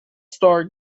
star